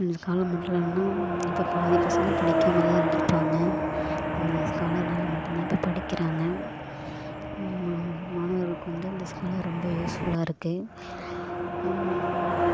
அந்த ஸ்காலர் மட்டும் இல்லைன்னா இப்போ பாதி பசங்க படிக்காமல்தான் இருந்துருப்பாங்க அந்த ஸ்காலர்னால மட்டும்தான் இப்போ படிக்கிறாங்க மாண மாணவர்களுக்கு வந்து அந்த ஸ்காலர் ரொம்ப யூஸ்ஃபுல்லாக இருக்கு